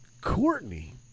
Courtney